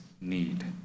need